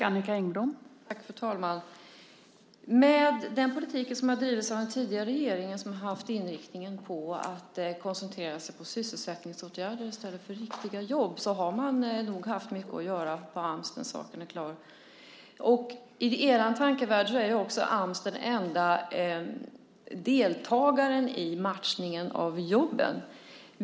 Fru talman! Med den politik som har bedrivits av den tidigare regeringen, med inriktningen koncentrerad på sysselsättningsåtgärder i stället för riktiga jobb, har man nog haft mycket att göra på Ams. I er tankevärld är också Ams den enda deltagaren i matchningen av jobben.